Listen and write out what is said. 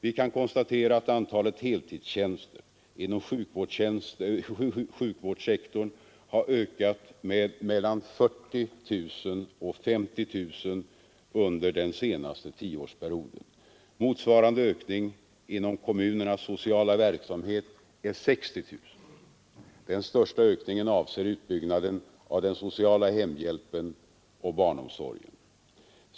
Vi kan konstatera att antalet heltidstjänster inom sjukvårdssektorn har ökat med mellan 40 000 och 50 000 under den senaste tioårsperioden. Motsvarande ökning inom kommunernas sociala verksamhet är 60 000. Den största ökningen avser utbyggnaden av den sociala hemhjälpen och barnomsorgen.